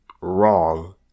wrong